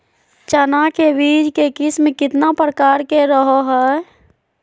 चना के बीज के किस्म कितना प्रकार के रहो हय?